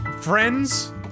friends